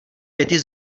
věty